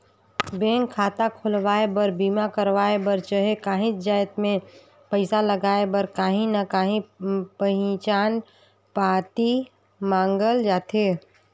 bank खाता खोलवाए बर, बीमा करवाए बर चहे काहींच जाएत में पइसा लगाए बर काहीं ना काहीं पहिचान पाती मांगल जाथे